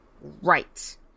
right